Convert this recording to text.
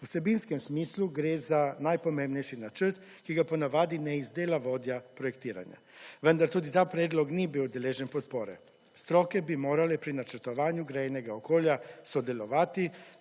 V vsebinskem smislu gre za najpomembnejši načrt, ki ga ponavadi ne izdela vodja projektiranja, vendar tudi ta predlog ni bil deležen podpore. Stroke bi morale pri načrtovanju / nerazumljivo/ sodelovati,